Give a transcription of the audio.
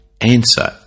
answer